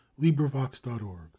LibriVox.org